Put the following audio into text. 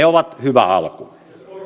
ovat hyvä alku